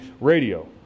radio